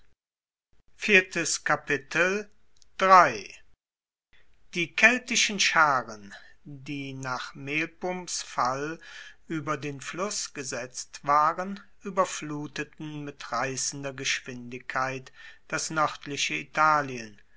die keltischen scharen die nach melpums fall ueber den fluss gesetzt waren ueberfluteten mit reissender geschwindigkeit das noerdliche italien